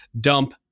dump